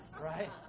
right